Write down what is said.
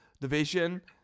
Division